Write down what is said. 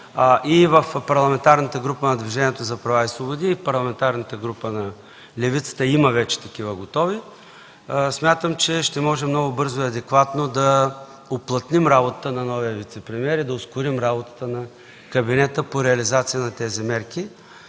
и в Парламентарната група на Движението за права и свободи, и в Парламентарната група на левицата има вече готови такива, смятам че ще можем много бързо и адекватно да уплътним работата на новия вицепремиер и да ускорим работата на кабинета по реализацията им,